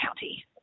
County